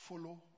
follow